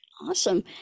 Awesome